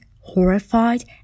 horrified